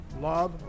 Love